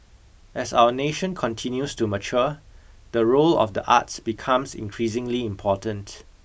as our nation continues to mature the role of the arts becomes increasingly important